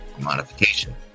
modification